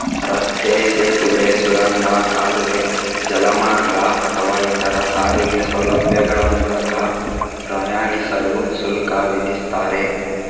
ರಸ್ತೆ, ಸೇತುವೆ, ಸುರಂಗ, ಕಾಲುವೆ, ಜಲಮಾರ್ಗ ಅಥವಾ ಇತರ ಸಾರಿಗೆ ಸೌಲಭ್ಯಗಳ ಮೂಲಕ ಪ್ರಯಾಣಿಸಲು ಶುಲ್ಕ ವಿಧಿಸ್ತಾರೆ